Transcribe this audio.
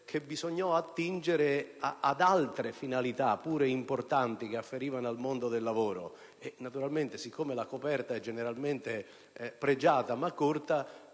ai fondi destinati ad altre finalità, pur importanti, che afferivano al mondo del lavoro. Naturalmente, siccome la coperta generalmente è pregiata ma corta,